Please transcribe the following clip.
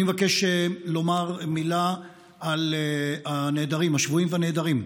אני מבקש לומר מילה על הנעדרים, השבויים והנעדרים.